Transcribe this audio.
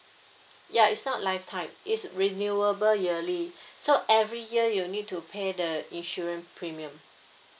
ya it's not lifetime it's renewable yearly so every year you'll need to pay the insurance premium